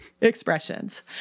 expressions